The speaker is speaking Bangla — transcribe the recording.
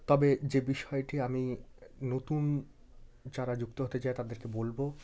তবে যে বিষয়টি আমি নতুন যারা যুক্ত হতে চায় তাদেরকে বলব